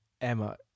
emma